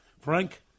Frank